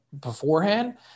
beforehand